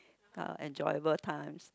the enjoyable times